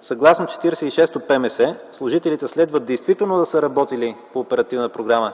съгласно 46-то ПМС служителите следва действително да са работили по Оперативна програма